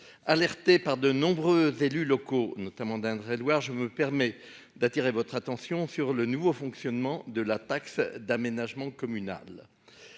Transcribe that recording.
Alerté par les élus locaux d'Indre-et-Loire, je me permets d'attirer votre attention sur le nouveau fonctionnement de la taxe d'aménagement communale.